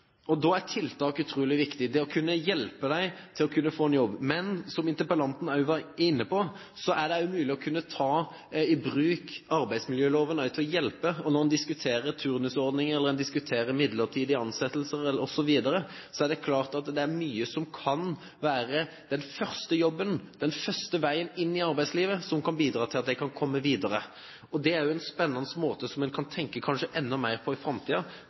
og da er tiltak, det å kunne hjelpe dem til å få en jobb, utrolig viktig. Men, som også interpellanten var inne på, det er mulig å ta i bruk arbeidsmiljøloven også for å hjelpe. Når man diskuterer turnusordninger eller midlertidige ansettelser osv., er det klart at det er mye som kan være den første jobben, den første veien inn i arbeidslivet, som kan bidra til at de kan komme videre. Det er spennende og kanskje noe man kan tenke enda mer på i